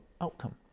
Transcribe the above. outcome